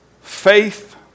Faith